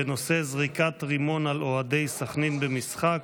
בנושא זריקת רימון על אוהדי סח'נין במשחק.